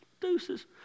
Deuces